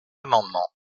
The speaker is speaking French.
amendement